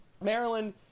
Maryland